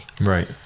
Right